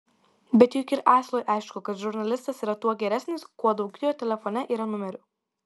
bet juk ir asilui aišku kad žurnalistas yra tuo geresnis kuo daugiau jo telefone yra numerių